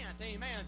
Amen